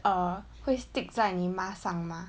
err 会 stick 在你 mask 上 mac